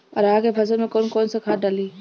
अरहा के फसल में कौन कौनसा खाद डाली?